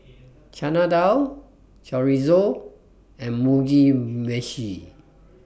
Chana Dal Chorizo and Mugi Meshi